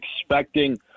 expecting